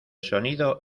sonido